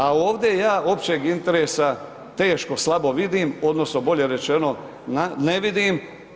A ovdje ja općeg interesa teško, slabo vidim odnosno bolje rečeno ne vidim.